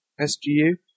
SGU